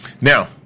Now